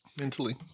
Mentally